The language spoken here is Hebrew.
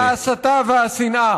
של ההסתה והשנאה.